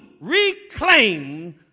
reclaim